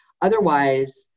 otherwise